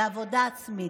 בעבודה עצמית".